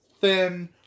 thin